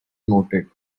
noted